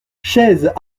chaise